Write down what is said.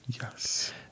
yes